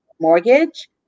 mortgage